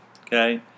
okay